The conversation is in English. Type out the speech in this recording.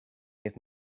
give